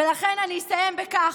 לכן אני אסיים בכך: